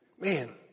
Man